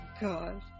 God